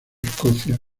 escocia